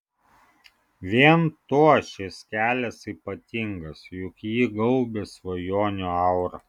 vien tuo šis kelias ypatingas juk jį gaubia svajonių aura